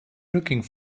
looking